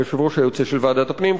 שהוא היושב-ראש היוצא של ועדת הפנים,